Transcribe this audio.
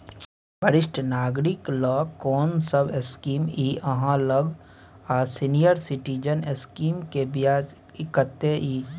वरिष्ठ नागरिक ल कोन सब स्कीम इ आहाँ लग आ सीनियर सिटीजन स्कीम के ब्याज कत्ते इ?